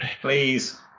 Please